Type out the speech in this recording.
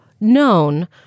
Known